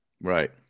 Right